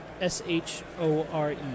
S-H-O-R-E